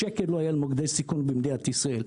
שקל לא היה למוקדי סיכון במדינת ישראל.